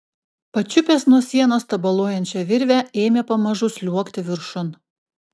pačiupęs nuo sienos tabaluojančią virvę ėmė pamažu sliuogti viršun